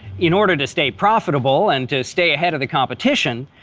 in order to stay profitable and to stay ahead of the competition,